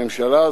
הממשלה הזאת,